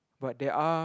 but there are